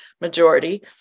majority